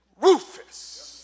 Rufus